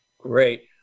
Great